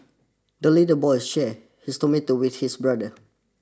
the little boy shared his tomato with his brother